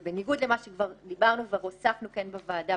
ובניגוד למה שכבר דיברנו והוספנו בוועדה,